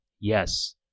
Yes